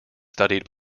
studied